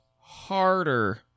harder